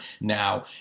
now